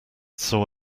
saw